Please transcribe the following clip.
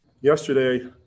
yesterday